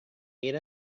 meet